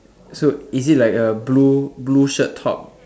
so is it like a blue blue shirt top